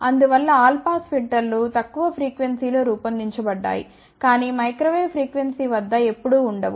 అందువల్ల all pass ఫిల్టర్లు తక్కువ ఫ్రీక్వెన్సీ లో రూపొందించబడ్డాయి కానీ మైక్రో వేవ్ ఫ్రీక్వెన్సీ వద్ద ఎప్పుడూ ఉండవు